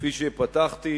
כפי שפתחתי,